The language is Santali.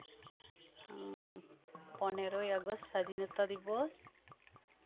ᱯᱱᱮᱨᱳᱭ ᱟᱜᱚᱥᱴ ᱥᱟᱫᱷᱤᱱᱚᱛᱟᱨ ᱫᱤᱵᱚᱥ